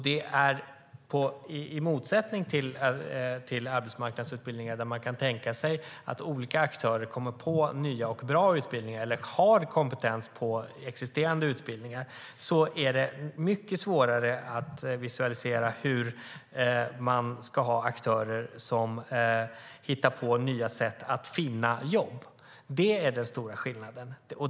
I motsats till arbetsmarknadsutbildningar, där man kan tänka sig att olika aktörer kommer på nya och bra utbildningar eller har kompetens på existerande utbildningar, är det svårt att visualisera aktörer som ska hitta på nya sätt att finna jobb. Det är den stora skillnaden.